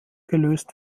gelöst